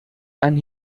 and